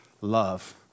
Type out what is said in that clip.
love